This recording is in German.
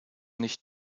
nicht